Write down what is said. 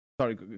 Sorry